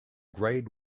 grade